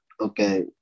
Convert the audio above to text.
Okay